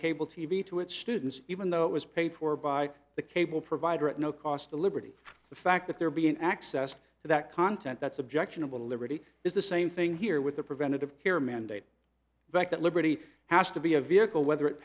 cable t v to its students even though it was paid for by the cable provider at no cost to liberty the fact that there be an access to that content that's objectionable to liberty is the same thing here with the preventative care mandate that that liberty has to be a vehicle whether it